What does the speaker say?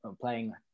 playing